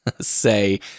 say